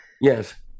Yes